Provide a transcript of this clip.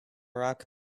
rock